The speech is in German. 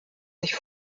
sich